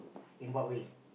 in what way